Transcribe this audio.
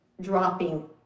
dropping